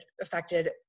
affected